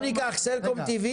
נניח סלקום טי.וי.